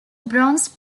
bronze